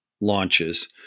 launches